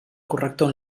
corrector